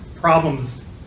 problems